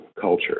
culture